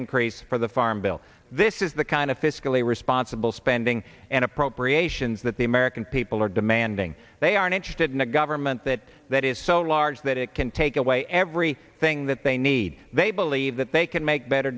increase for the farm bill this is the kind of fiscally responsible spending and appropriations that the american people are demanding they aren't interested in a government that that is so large that it can take away every thing that they need they believe that they can make better